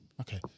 Okay